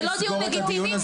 זה לא דיון לגיטימי.